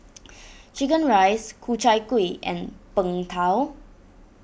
Chicken Rice Ku Chai Kuih and Png Tao